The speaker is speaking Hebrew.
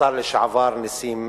השר לשעבר נסים דהן.